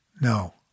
No